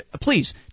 Please